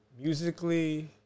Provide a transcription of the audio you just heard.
Musically